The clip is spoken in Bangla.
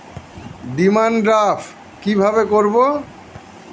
ডিমান ড্রাফ্ট কীভাবে করব?